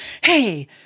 hey